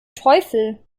teufel